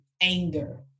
anger